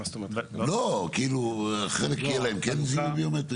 חלק כן יהיה להם זיהוי ביומטרי.